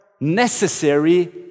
necessary